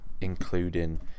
including